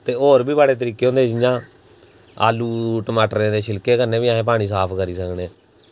ते होर बी बड़े तरीके होंदे जि'यां आलू टमाटरें दे शिलकें कन्नै बी अस पानी साफ करी सकने आं